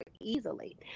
easily